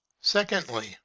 Secondly